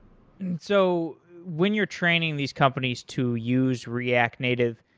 and so when you're training these companies to use react native,